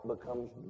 becomes